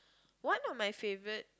one of my favorite